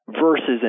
Versus